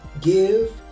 Give